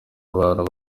abantu